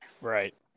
Right